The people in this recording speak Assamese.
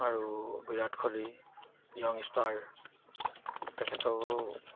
আৰু বিৰাট কোহলি ইয়ং ষ্টাৰ তেখেতকো